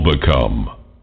become